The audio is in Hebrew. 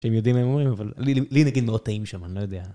שהם יודעים מה הם אומרים, אבל לי נגיד נורא טעים שם, אני לא יודע.